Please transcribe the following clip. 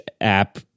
app